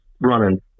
running